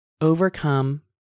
overcome